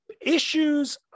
issues